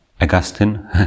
Augustine